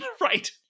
right